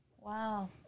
Wow